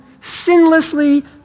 sinlessly